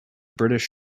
british